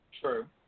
True